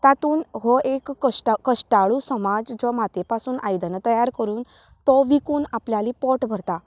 तातूंत हो एक कश्टा कश्टाळू समाज जो मातये पासून आयदनां तयार करून तो विकून आपल्याली पोट भरता